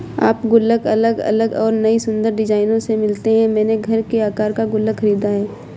अब गुल्लक अलग अलग और नयी सुन्दर डिज़ाइनों में मिलते हैं मैंने घर के आकर का गुल्लक खरीदा है